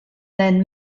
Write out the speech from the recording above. then